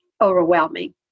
overwhelming